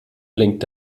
blinkt